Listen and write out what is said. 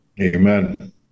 amen